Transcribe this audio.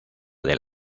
del